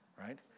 right